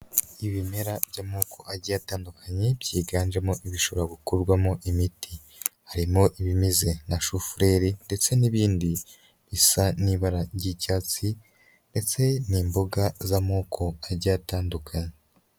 Ibimera by'amoko agiye atandukanye byiganjemo ibishobora gukorwarwamo imiti, harimo ibimeze nka shufureri ndetse n'ibindi bisa n'ibara ry'icyatsi ndetse n'imboga z'amoko agiye atandukanye.